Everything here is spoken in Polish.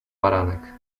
baranek